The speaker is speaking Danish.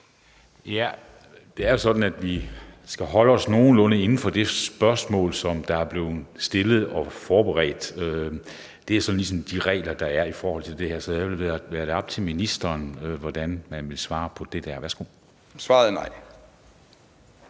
Det er jo sådan, at vi skal holde os nogenlunde inden for det spørgsmål, som er blevet stillet og forberedt. Det er ligesom de regler, der er i forhold til det her. Så jeg vil lade det være op til ministeren, hvordan man vil svare på det. Værsgo. Kl.